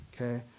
okay